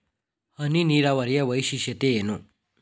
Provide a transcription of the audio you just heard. ಹನಿ ನೀರಾವರಿಯ ವೈಶಿಷ್ಟ್ಯತೆ ಏನು?